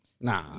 Nah